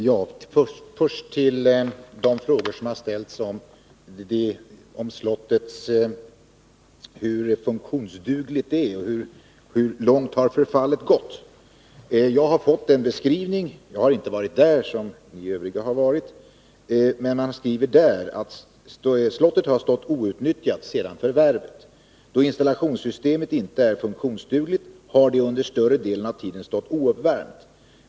Herr talman! Först till de frågor som har ställts om hur funktionsdugligt slottet är och hur långt förfallet har gått. Jag har inte varit på slottet som ni övriga, men jag har fått en beskrivning från fortifikationsförvaltningen, som skriver: Slottet har stått outnyttjat sedan förvärvet. Då installationssystemet inte är funktionsdugligt har det under större delen av tiden stått ouppvärmt.